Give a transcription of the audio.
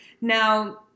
Now